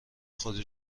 خدا